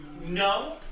no